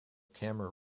camera